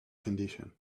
condition